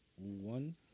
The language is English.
one